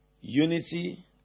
Unity